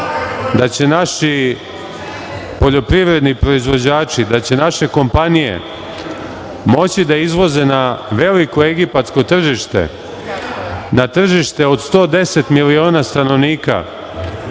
da će naši poljoprivredni proizvođači, da će naše kompanije moći da izvoze na veliko egipatsko tržište, na tržište od 110 miliona stanovnika